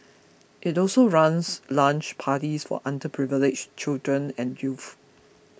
it also runs lunch parties for underprivileged children and youth